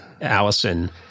Allison